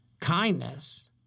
kindness